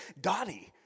Dottie